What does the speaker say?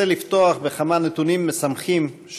אני רוצה לפתוח בכמה נתונים משמחים,